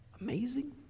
amazing